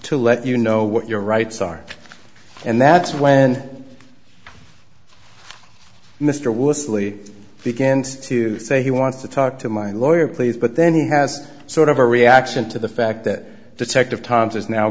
to let you know what your rights are and that's when mr willis lee begins to say he wants to talk to my lawyer please but then he has sort of a reaction to the fact that detective thomas is now